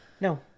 No